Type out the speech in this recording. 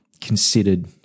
considered